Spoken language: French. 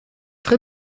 très